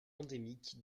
endémique